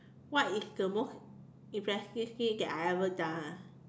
what is the most impressive thing that I ever done ah